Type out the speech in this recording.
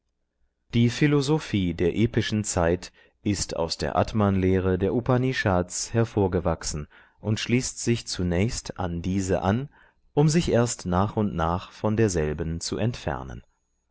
die philosophie der epischen zeit ist aus der atmanlehre der upanishads hervorgewachsen und schließt sich zunächst an diese an um sich erst nach und nach von derselben zu entfernen